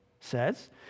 says